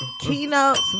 Keynotes